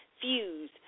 Fuse